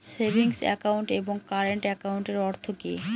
Savings account এবং current একাউন্টের অর্থ কি?